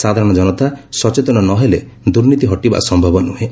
ସାଧାରଶ ଜନତା ସଚେତନ ନ ହେଲେ ଦୁର୍ନୀତି ହଟିବା ସ୍ୟବ ନୁହେଁ